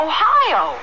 Ohio